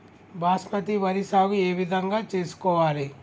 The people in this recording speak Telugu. బాస్మతి వరి సాగు ఏ విధంగా చేసుకోవాలి?